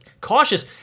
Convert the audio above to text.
cautious